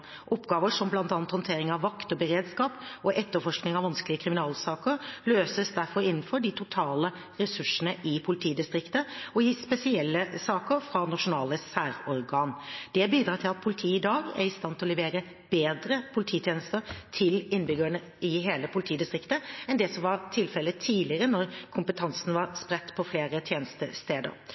Oppgaver, som bl.a. håndtering av vakt og beredskap og etterforskning av vanskelige kriminalsaker, løses derfor innenfor de totale ressursene i politidistriktet, og i spesielle saker fra nasjonale særorgan. Det bidrar til at politiet i dag er i stand til å levere bedre polititjenester til innbyggerne i hele politidistriktet enn det som var tilfellet tidligere da kompetansen var spredt på flere tjenestesteder.